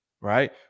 right